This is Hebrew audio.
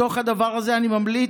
בתוך הדבר הזה אני ממליץ,